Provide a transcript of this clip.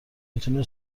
میتونه